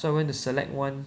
so I went to select one